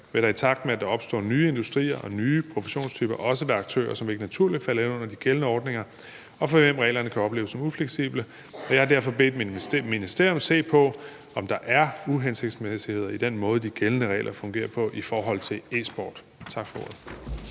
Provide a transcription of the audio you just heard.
vil der, i takt med at der opstår nye industrier og nye professionstyper, også være aktører, som ikke naturligt falder ind under de gældende ordninger, og for hvem reglerne kan opleves som ufleksible, og jeg har derfor bedt mit ministerium om at se på, om der er uhensigtsmæssigheder i den måde, de gældende regler fungerer på i forhold til e-sport. Tak for ordet.